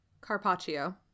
Carpaccio